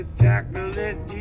chocolate